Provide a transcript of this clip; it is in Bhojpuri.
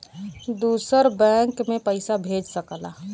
दूसर बैंक मे पइसा भेज सकला